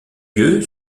lieu